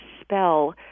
spell